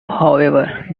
however